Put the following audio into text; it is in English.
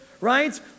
right